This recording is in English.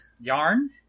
Yarn